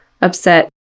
upset